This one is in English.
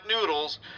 noodles